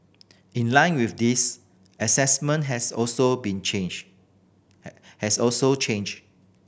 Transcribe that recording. in line with this assessment has also been changed has also changed